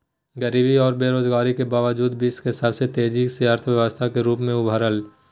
गरीबी औरो बेरोजगारी के बावजूद विश्व में सबसे तेजी से अर्थव्यवस्था के रूप में उभरलय